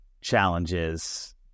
challenges